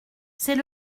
c’est